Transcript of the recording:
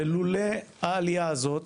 ולולא העלייה הזאת,